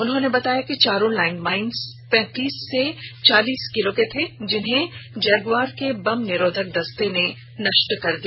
उन्होंने बताया कि चारो लैंडमाइंस पैंतीस से चालीस किलो के थे जिन्हें जगुवार के बम निरोधक दस्ते ने नष्ट कर दिया